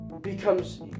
becomes